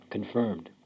Confirmed